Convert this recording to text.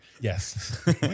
Yes